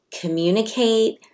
communicate